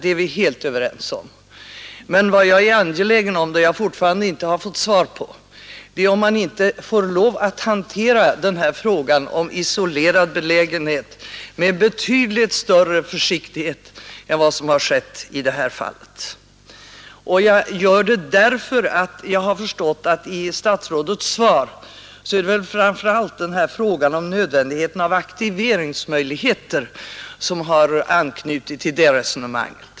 Men vad jag är angelägen om att få klarlagt, och där har jag fortfarande inte fått något svar, är om man inte måste hantera frågan om ”isolerad belägenhet” med betydligt större försiktighet än vad som skett i detta fall. Jag är angelägen om detta eftersom jag förstått statsrådets svar så att det framför allt är frågan om nödvändigheten av aktiveringsmöjligheter som har anknutits till detta resonemang.